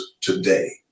today